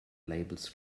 labels